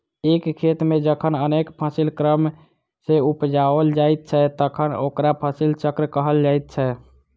एक खेत मे जखन अनेक फसिल क्रम सॅ उपजाओल जाइत छै तखन ओकरा फसिल चक्र कहल जाइत छै